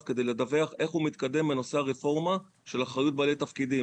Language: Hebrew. כדי לדווח איך הוא מתקדם בנושא הרפורמה של אחריות בעלי תפקידים.